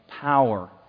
power